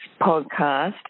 podcast